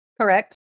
Correct